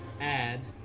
add